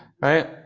Right